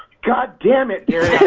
goddammit,